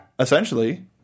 Essentially